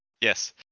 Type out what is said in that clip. Yes